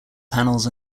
panels